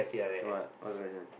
no what what's the question